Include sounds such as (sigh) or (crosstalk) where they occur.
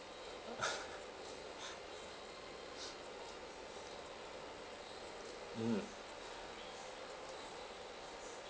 (noise) mm